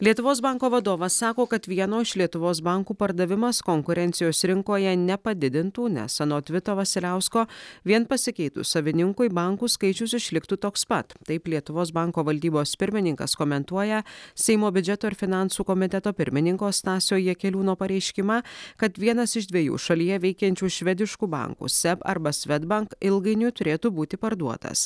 lietuvos banko vadovas sako kad vieno iš lietuvos bankų pardavimas konkurencijos rinkoje nepadidintų nes anot vito vasiliausko vien pasikeitus savininkui bankų skaičius išliktų toks pat taip lietuvos banko valdybos pirmininkas komentuoja seimo biudžeto ir finansų komiteto pirmininko stasio jakeliūno pareiškimą kad vienas iš dviejų šalyje veikiančių švediškų bankų seb arba svedbank ilgainiui turėtų būti parduotas